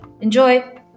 Enjoy